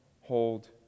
hold